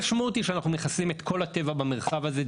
המשמעות היא שאנחנו מכסים את כל הטבע במרחב הזה,